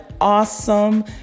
awesome